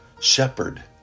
shepherd